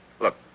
Look